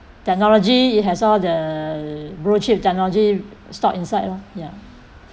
technology it has all the blue chip technology stored inside lor ya